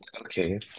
Okay